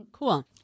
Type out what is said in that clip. Cool